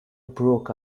broke